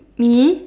me